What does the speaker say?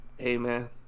Amen